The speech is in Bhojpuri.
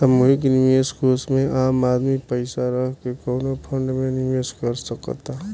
सामूहिक निवेश कोष में आम आदमी पइसा रख के कवनो फंड में निवेश कर सकता